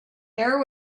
air